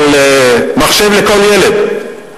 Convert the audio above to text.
את "מחשב לכל ילד".